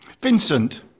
Vincent